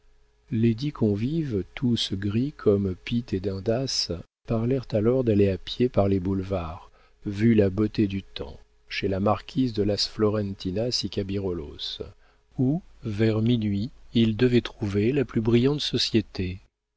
les dix convives tous gris comme pitt et dundas parlèrent alors d'aller à pied par les boulevards vu la beauté du temps chez la marquise de las florentinas y cabirolos où vers minuit ils devaient trouver la plus brillante société